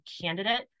candidate